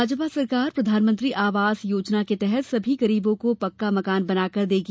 भाजपा सरकार प्रधानमंत्री आवास योजना के तहत सभी गरीबों को पक्का मकान बनाकर देगी